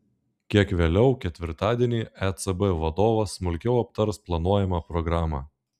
kiek vėliau ketvirtadienį ecb vadovas smulkiau aptars planuojamą programą